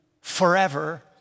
forever